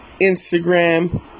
Instagram